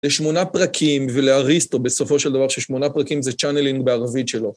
לשמונה פרקים, ולאריסטו בסופו של דבר, ששמונה פרקים זה צ'אנלינג בערבית שלו.